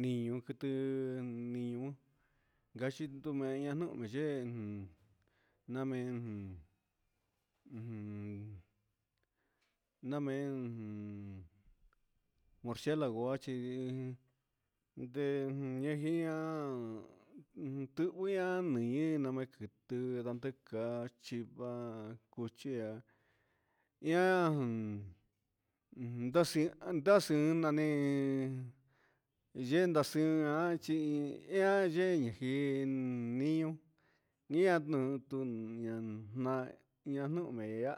niñu quiti niñu gaxi tunamei nañuhun na mei jun ujun namei morcielago goa chi yɨɨ ndee ñejia quihvɨ ian meen ñeen nama quiti randa cachi caa cuichian ian ujun ndasi nani yee ndasi ian chi ian yei niun nian ñana juhme ea.